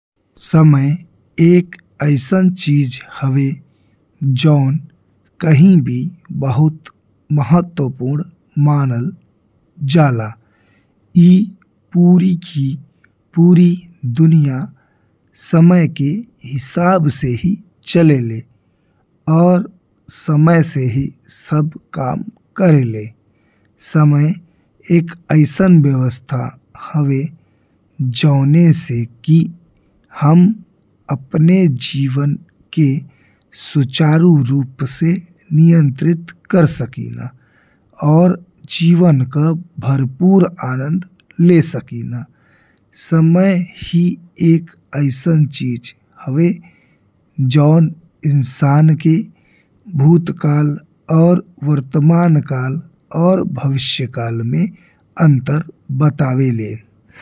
समय एक अइसन चीज हवे जौन कइहीं भी बहुत महत्वपूर्ण मानल जाला। ई पूरी के पूरी दुनिया समय के हिसाब से ही चलेले और समय से ही सब काम करेला। समय एक अइसन व्यवस्था हवे जौन से कि हम अपने जीवन के सुचारु रूप से नियंत्रित कर सकी ना। और जीवन का भरपूर आनंद ले सकी ना समय ही एक अइसन चीज हवे जौन इंसान के भूतकाल और वर्तमान काल और भविष्यकाल में अंतर बतावेले।